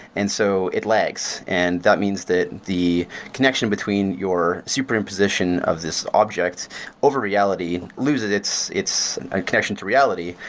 and so it lags. and that means that the connection between your superimposition of this object over reality loses its its and connection to reality.